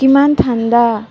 কিমান ঠাণ্ডা